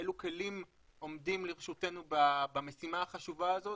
אילו כלים עומדים לרשותנו במשימה החשובה הזאת